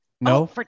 no